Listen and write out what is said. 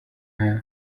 nta